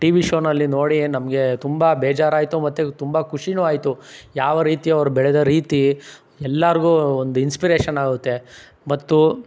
T V ಶೋನಲ್ಲಿ ನೋಡಿ ನಮಗೆ ತುಂಬ ಬೇಜಾರಾಯಿತು ಮತ್ತೆ ತುಂಬ ಖುಷಿಯೂ ಆಯಿತು ಯಾವ ರೀತಿ ಅವರು ಬೆಳೆದ ರೀತಿ ಎಲ್ಲರಿಗೂ ಒಂದು ಇನ್ಸ್ಪಿರೇಶನ್ ಆಗುತ್ತೆ ಮತ್ತು